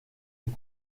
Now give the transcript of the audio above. est